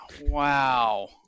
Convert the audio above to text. Wow